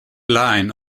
line